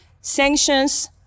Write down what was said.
sanctions